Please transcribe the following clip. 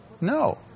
No